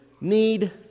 need